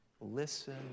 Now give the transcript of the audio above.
listen